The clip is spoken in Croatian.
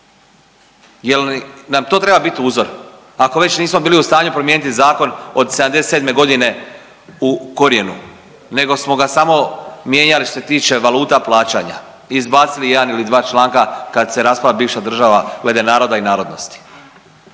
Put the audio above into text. Je l' nam to treba bit uzor? Ako već nismo bili u stanju promijeniti zakon od '77. g. u korijenu nego smo ga samo mijenjali što se tiče valuta plaćanja i izbacili jedan ili dva članka kad se raspala bivša država glede naroda i narodnosti.